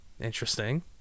interesting